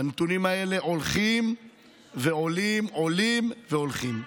והנתונים האלה הולכים ועולים, עולים והולכים.